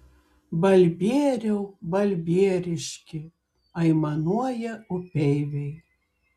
balbieriau balbieriški aimanuoja upeiviai